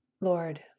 Lord